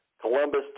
Columbus